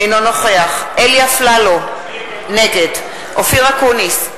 אינו נוכח אלי אפללו, נגד אופיר אקוניס,